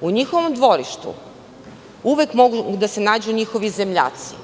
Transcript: U njihovom dvorištu uvek mogu da se nađu njihovi zemljaci